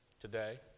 today